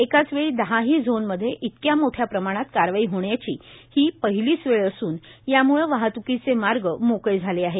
एकाच वेळी दहाही झोनमध्ये इतक्या मोठ्या प्रमाणात कारवाई होण्याची ही पहिलीच वेळ असून याम्ळं वाहत्कीचे मार्ग मोकळे झाले आहेत